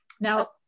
Now